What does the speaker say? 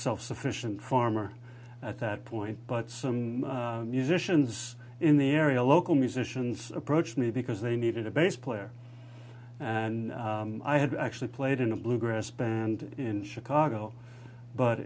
self sufficient farmer at that point but some musicians in the area local musicians approached me because they needed a bass player and i had actually played in a bluegrass band in chicago but